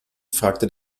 fragte